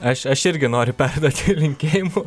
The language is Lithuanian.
aš aš irgi noriu perduoti linkėjimų